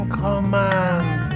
command